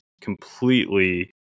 completely